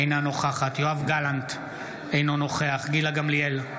אינה נוכחת יואב גלנט, אינו נוכח גילה גמליאל,